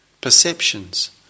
perceptions